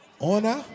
Honor